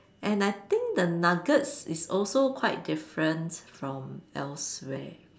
and I think the nuggets is also quite different from elsewhere